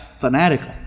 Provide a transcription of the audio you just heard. fanatical